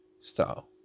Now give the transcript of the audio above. style